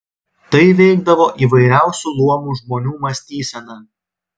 tai veikdavo įvairiausių luomų žmonių mąstyseną